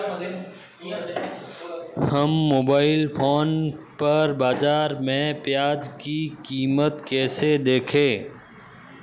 हम mobile phone पर बाज़ार में प्याज़ की कीमत कैसे देखें?